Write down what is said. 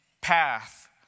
path